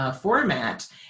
format